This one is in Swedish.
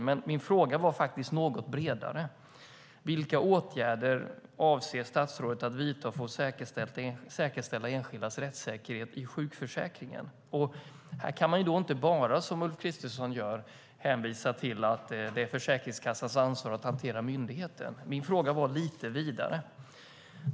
Min fråga var dock något bredare: Vilka åtgärder avser statsrådet att vidta för att säkerställa enskildas rättssäkerhet i sjukförsäkringen? Här kan man inte bara, som Ulf Kristersson, hänvisa till att det är Försäkringskassans ansvar att hantera myndigheter. Min fråga var lite vidare.